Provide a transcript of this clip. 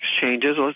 changes